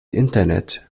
internet